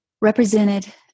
represented